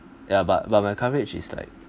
ya but but my coverage is like